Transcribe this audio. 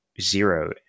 zero